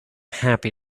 happy